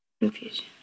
Confusion